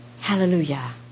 Hallelujah